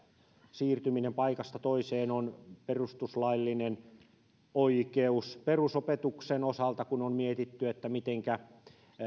siirtyminen paikasta toiseen on perustuslaillinen oikeus perusopetuksen osalta kun on mietitty mitenkä